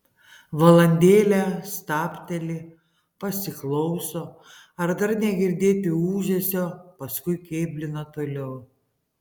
valandėlę stabteli pasiklauso ar dar negirdėti ūžesio paskui kėblina toliau